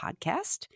podcast